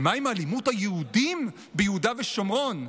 ומה עם אלימות היהודים ביהודה ושומרון?